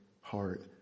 heart